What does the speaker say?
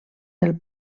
del